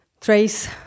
trace